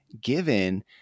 given